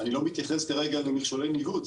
אני לא מתייחס כרגע למכשולי ניווט.